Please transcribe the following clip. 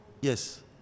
Yes